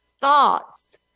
thoughts